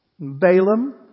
Balaam